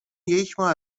یکماه